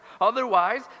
otherwise